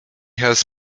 has